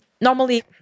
normally